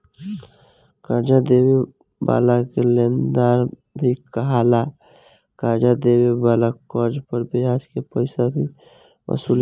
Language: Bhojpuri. कर्जा देवे वाला के लेनदार भी कहाला, कर्जा देवे वाला कर्ज पर ब्याज के पइसा भी वसूलेला